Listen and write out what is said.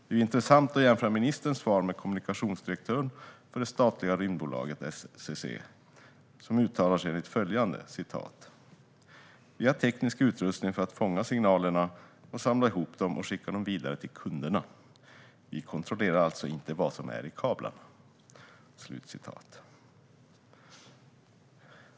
Det är intressant att jämföra ministerns svar med kommunikationsdirektören för det statliga rymdbolaget SCC, som uttalar sig enligt följande: "Vi har teknisk utrustning för att fånga signalerna och samla ihop dem och skicka vidare till kunderna. Vi kontrollerar alltså inte vad som är i kablarna."